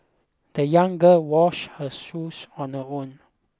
the young girl washed her shoes on her own